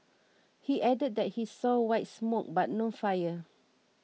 he added that he saw white smoke but no fire